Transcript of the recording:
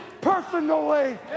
personally